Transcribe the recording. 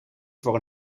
voor